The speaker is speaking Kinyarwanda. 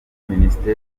minisiteri